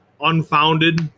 unfounded